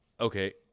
okay